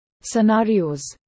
scenarios